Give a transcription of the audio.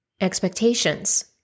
expectations